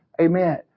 Amen